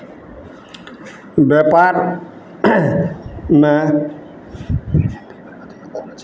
व्यापारमे